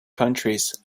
countries